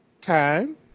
time